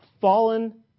fallen